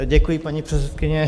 Děkuji, paní předsedkyně.